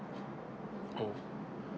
oh